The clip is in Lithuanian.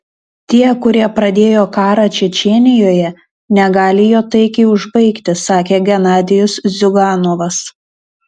tie kurie pradėjo karą čečėnijoje negali jo taikiai užbaigti sakė genadijus ziuganovas